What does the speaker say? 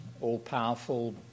all-powerful